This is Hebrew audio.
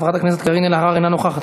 חברת הכנסת קארין אלהרר, אינה נוכחת.